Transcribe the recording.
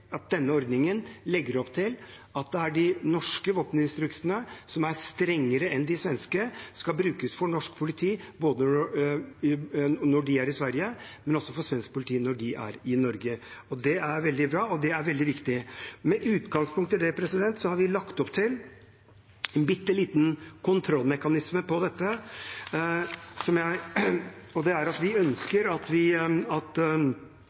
er de norske våpeninstruksene, som er strengere enn de svenske, som skal brukes av norsk politi når de er i Sverige, og også for svensk politi når de er i Norge. Det er veldig bra, og det er veldig viktig. Med utgangspunkt i det har vi lagt opp til en bitte liten kontrollmekanisme for dette, og det er at vi ønsker at